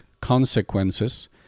consequences